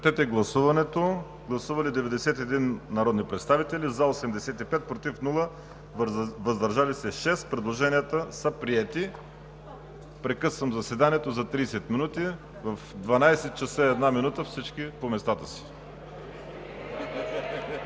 Прекъсвам заседанието за 30 минути. В 12,01 ч. всички по местата си.